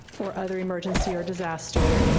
or other emergency or disaster.